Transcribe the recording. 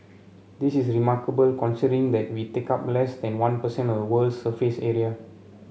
this is remarkable considering that we take up less than one per cent of the world's surface area